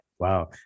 Wow